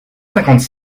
cinquante